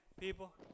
people